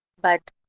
but